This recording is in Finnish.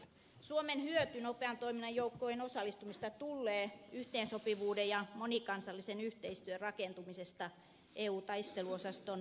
suomen hyöty nopean toiminnan joukkoihin osallistumisesta tullee yhteensopivuuden ja monikansallisen yhteistyön rakentumisesta eu taisteluosaston vastuunkannossa